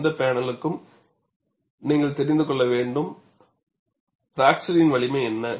எந்த பேனலுக்கும் நீங்கள் தெரிந்து கொள்ள வேண்டும் பிராக்சரின் வலிமை என்ன